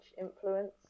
influence